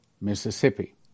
Mississippi